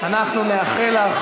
אנחנו נאחל לך